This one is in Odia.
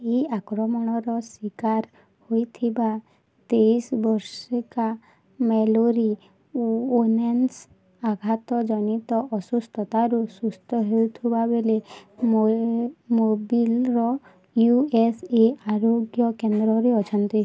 ଏଇ ଆକ୍ରମଣର ଶିକାର ହୋଇଥିବା ତେଇଶ ବର୍ଷିକା ମ୍ୟାଲୋରୀ ଓ ୱେନ୍ସ୍ ଆଘାତ ଜନିତ ଅସୁସ୍ଥତାରୁ ସୁସ୍ଥ ହେଉଥିବା ବେଳେ ମୋଏ ମୋବିଲ୍ର ୟୁ ଏସ୍ ଏ ଆରୋଗ୍ୟ କେନ୍ଦ୍ରରେ ଅଛନ୍ତି